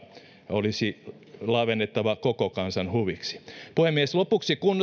olisi lavennettava koko kansan huviksi puhemies lopuksi kun